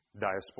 Diaspora